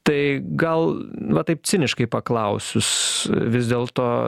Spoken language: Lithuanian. tai gal va taip ciniškai paklausus vis dėlto